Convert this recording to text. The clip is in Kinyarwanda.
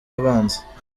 abanza